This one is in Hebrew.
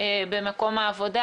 במקום העבודה.